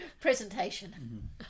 presentation